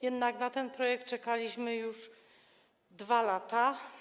Jednak na ten projekt czekaliśmy już 2 lata.